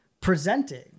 Presenting